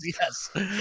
Yes